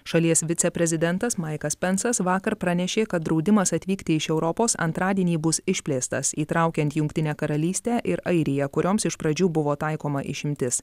šalies viceprezidentas maikas pensas vakar pranešė kad draudimas atvykti iš europos antradienį bus išplėstas įtraukiant jungtinę karalystę ir airiją kurioms iš pradžių buvo taikoma išimtis